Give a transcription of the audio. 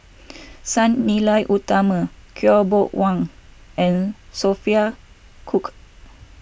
Sang Nila Utama Khaw Boon Wan and Sophia Cooke